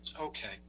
Okay